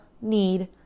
need